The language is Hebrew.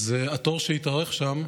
התור התארך שם,